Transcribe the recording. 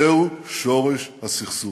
זהו שורש הסכסוך: